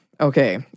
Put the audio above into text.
Okay